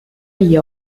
agli